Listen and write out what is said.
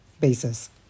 basis